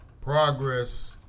Progress